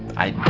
i